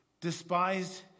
Despised